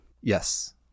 Yes